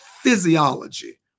physiology